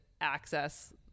access